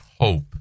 hope